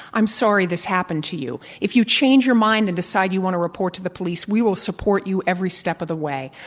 i'm sorry this happened to you. if you change your mind and decide you want to report to the police, we will support you every step of the way.